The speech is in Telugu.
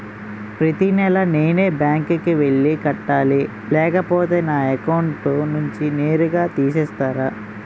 ప్రతి నెల నేనే బ్యాంక్ కి వెళ్లి కట్టాలి లేకపోతే నా అకౌంట్ నుంచి నేరుగా తీసేస్తర?